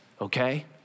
okay